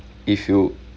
if you